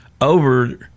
over